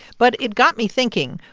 but it got me thinking,